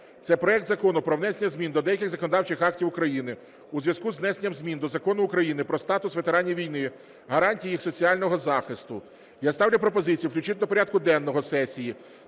це проект Закону про внесення змін до деяких законодавчих актів України у зв'язку з внесенням змін до Закону України "Про статус ветеранів війни, гарантії їх соціального захисту". Я ставлю пропозицію включити до порядку денного сесії